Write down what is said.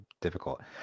difficult